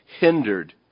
hindered